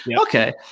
okay